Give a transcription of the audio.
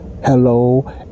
hello